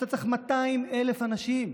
ואתה צריך 200,000 אנשים.